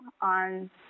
on